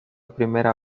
primera